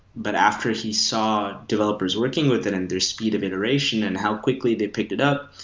but after he saw developers working with an undisputed iteration and how quickly they've picked it up,